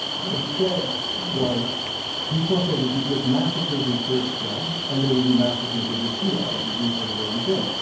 what he said was he thought there would be just massacres in kurdistan, and there would be massacres of the shia, and indeed, there had already been.